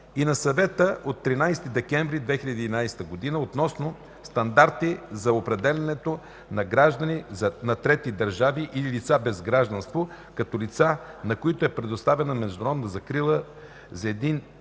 и на Съвета от 13 декември 2011 г. относно стандарти за определянето на граждани на трети държави или лица без гражданство като лица, на които е предоставена международна закрила, за единния